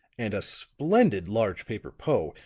and a splendid, large paper poe,